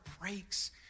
breaks